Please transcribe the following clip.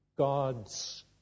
God's